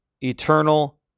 eternal